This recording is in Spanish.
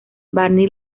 barney